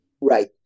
Right